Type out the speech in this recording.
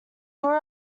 grew